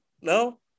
no